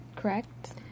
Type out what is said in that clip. Correct